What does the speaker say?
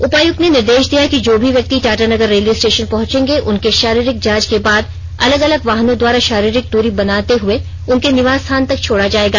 उपायुक्त ने निर्देश दिया कि जो भी व्यक्ति टाटानगर रेलवे स्टेशन पहुंचेंगे उनके शारीरिक जांच के बाद अलग अलग वाहनों द्वारा शारीरिक दूरी बनाते हुए उनके निवास स्थान तक छोड़ा जाएगा